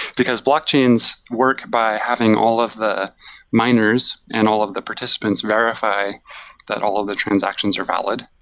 because blockchains work by having all of the miners and all of the participants verify that all of the transactions are valid.